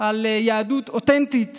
על יהדות אותנטית